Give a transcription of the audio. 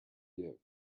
you